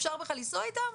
שאפשר בכלל לנסוע איתם?